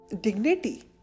dignity